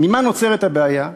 ממה נוצרת הבעיה,